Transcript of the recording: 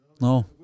No